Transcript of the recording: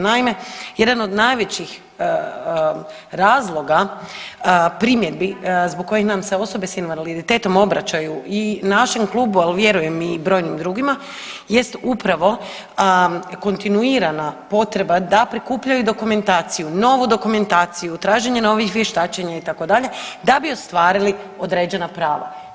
Naime, jedan od najvećih razloga primjedbi zbog kojih nam se osobe s invaliditetom obraćaju i našem klubu, ali vjerujem i brojnim drugima jest upravo kontinuirana potreba da prikupljaju dokumentaciju, novu dokumentaciju, traženje novih vještačenja, itd., da bi ostvarili određena prava.